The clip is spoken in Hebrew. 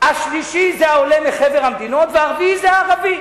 השלישי זה העולה מחבר המדינות והרביעי זה הערבי.